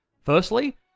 Firstly